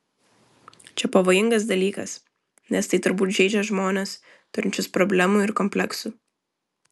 čia pavojingas dalykas nes tai turbūt žeidžia žmones turinčius problemų ir kompleksų